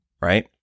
right